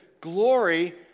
glory